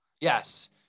Yes